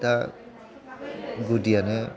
दा गुदियानो